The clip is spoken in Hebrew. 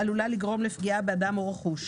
העלולה לגורם לפגיעה באדם או ברכוש.